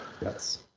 Yes